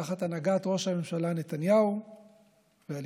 תחת הנהגת ראש הממשלה נתניהו והליכוד,